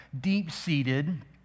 deep-seated